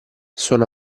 sono